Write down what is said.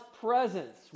presence